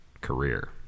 career